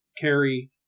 carry